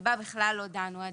שבה בכלל לא דנו.